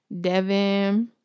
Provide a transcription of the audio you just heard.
Devin